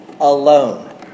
alone